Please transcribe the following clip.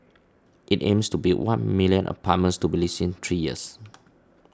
it aims to build one million apartments to be leased in three years